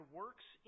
works